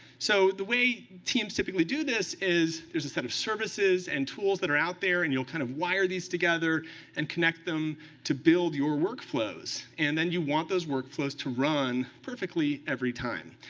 so the way teams typically do this is there's a set of services and tools that are out there, and you'll kind of wire are these together and connect them to build your workflows. and then you want those workflows to run perfectly every time.